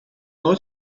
nooit